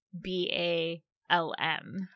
B-A-L-M